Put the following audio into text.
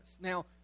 Now